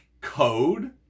code